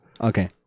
Okay